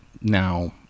now